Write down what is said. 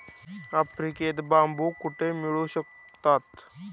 आफ्रिकेत बांबू कुठे मिळू शकतात?